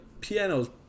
piano's